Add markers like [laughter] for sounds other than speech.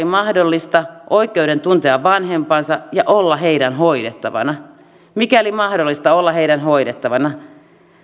[unintelligible] mahdollista oikeuden tuntea vanhempansa ja olla heidän hoidettavanaan mikäli mahdollista olla heidän hoidettavanaan